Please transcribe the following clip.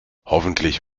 hoffentlich